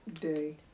Day